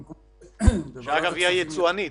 שאגב, היא היצואנית.